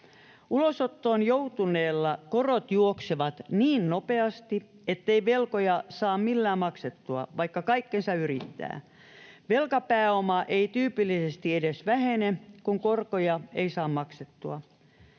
Ulosottoon joutuneella korot juoksevat niin nopeasti, ettei velkoja saa millään maksettua, vaikka kaikkensa yrittää. Velkapääoma ei tyypillisesti edes vähene, kun korkoja ei saa maksettua.